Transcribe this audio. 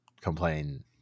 complain